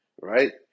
right